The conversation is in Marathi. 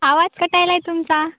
आवाज कटायलाय तुमचा